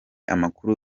amakuru